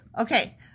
Okay